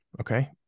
okay